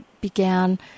began